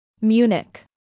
Munich